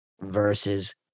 versus